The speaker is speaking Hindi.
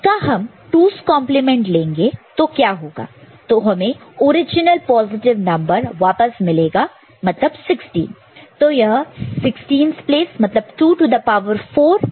इसका हम 2's कंप्लीमेंट 2's complement लेंगे तो क्या होगा तो हमें ओरिजिनल पॉजिटिव नंबर वापस मिलेगा मतलब 16 तो यह 16's place मतलब 2 टू द पावर 4 है